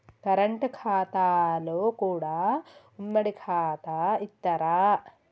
Current ఖాతాలో కూడా ఉమ్మడి ఖాతా ఇత్తరా?